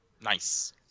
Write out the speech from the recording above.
Nice